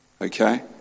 Okay